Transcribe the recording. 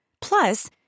Plus